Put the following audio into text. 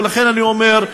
ולכן אני אומר: